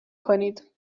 کنید